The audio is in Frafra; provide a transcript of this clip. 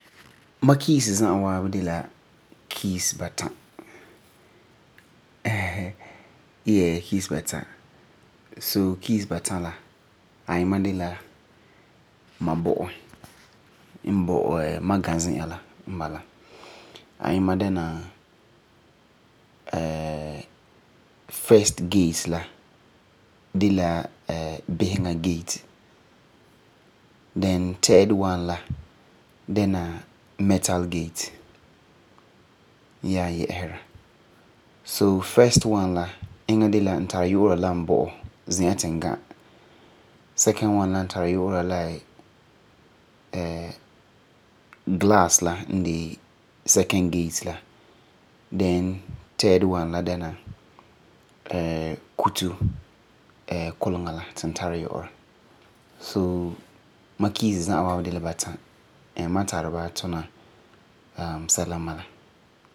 Ma keys za'a waabi de la keys bata. yeah, keys bata. So, keys bata ayima de la ma bɔ'e ma ga zi'an la n bala. Ayima dɛna first gate la de la biseŋa gate, then third one la dɛna metal gate nyaa yɛ'ɛsera. So, first one la iŋɛ de la n tari yu'ura la n bɔ'ɔ, zi'an ti n ga. Second one la n tari yu'ura glass la n de second gate la. So, ma keys za'a waabi de la bata and ma tari ba tuna sɛla n bala.